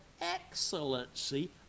excellency